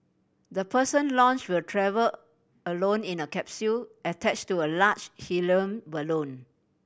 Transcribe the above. the person launch will travel alone in a capsule attach to a large helium balloon